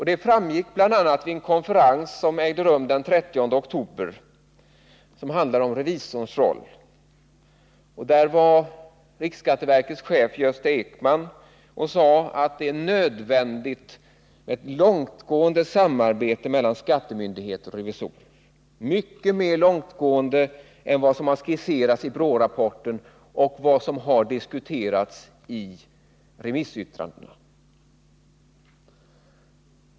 Det framgick bl.a. vid en konferens som ägde rum den 30 oktober och som handlade om revisorns roll, då riksskatteverkets chef Gösta Ekman framhöll att det var nödvändigt med ett långtgående samarbete mellan skattemyndigheter och revisorer. Han talade om ett samarbete som går avsevärt längre än vad som har skisserats i BRÅ-rapporten och vad som har diskuterats i remissyttrandena.